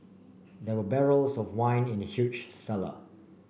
there were barrels of wine in the huge cellar